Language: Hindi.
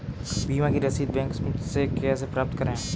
बीमा की रसीद बैंक से कैसे प्राप्त करें?